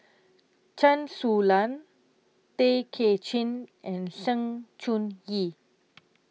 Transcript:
Chen Su Lan Tay Kay Chin and Sng Choon Yee